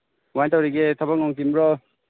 ꯀꯃꯥꯏ ꯇꯧꯔꯤꯒꯦ ꯊꯕꯛꯅꯨꯡ ꯆꯤꯟꯕ꯭ꯔꯣ